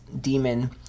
demon